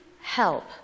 help